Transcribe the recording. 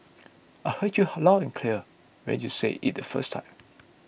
I heard you loud and clear when you said it the first time